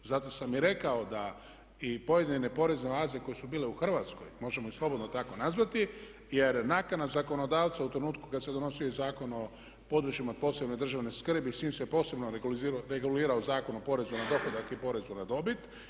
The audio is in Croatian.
Zato sam i rekao da i pojedine porezne oaze koje su bile u Hrvatskoj, možemo ih slobodno tako nazvati jer nakana zakonodavca u trenutku kada se donosio i Zakon o područjima od posebne državne skrbi i s time se posebno regulirao Zakon o porezu na dohodak i porezu na dobit.